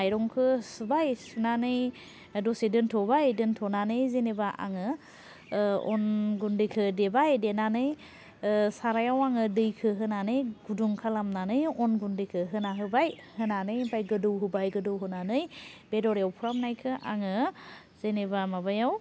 माइरंखौ सुबाय सुनानै दसे दोन्थ'बाय दोन्थ'नानै जेनेबा आङो अन गुन्दैखौ देबाय देनानै सारायाव आङो दैखौ होनानै गुदुं खालामनानै अन गुन्दैखौ होना होबाय होनानै ओमफ्राय गोदौ होबाय गोदौ होनानै बेदर एवफ्रामनायखौ आङो जेनेबा माबायाव